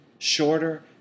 shorter